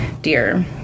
dear